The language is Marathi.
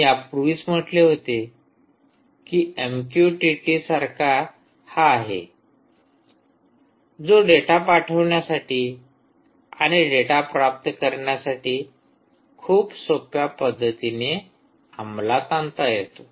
मी यापूर्वीच म्हटले होते की एमक्यूटीटी हा सारखा आहे जो डेटा पाठवण्यासाठी आणि डेटा प्राप्त करण्यासाठी खूप सोप्या पद्धतीने अमलात आणता येतो